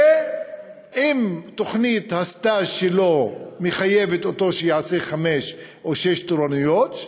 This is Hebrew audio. ואם תוכנית הסטאז' שלו מחייבת אותו שיעשה חמש או שש תורנויות,